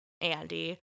Andy